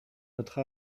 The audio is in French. notre